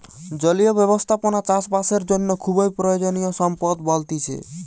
জলীয় ব্যবস্থাপনা চাষ বাসের জন্য খুবই প্রয়োজনীয় সম্পদ বলতিছে